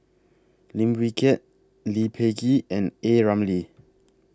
Lim Wee Kiak Lee Peh Gee and A Ramli